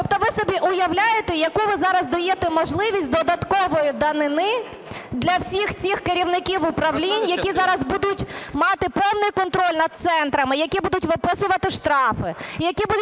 Тобто ви собі уявляєте, яку ви зараз даєте можливість додаткової данини для всіх цих керівників управлінь, які зараз будуть мати повний контроль над центрами, які будуть виписувати штрафи, і які будуть вирішувати,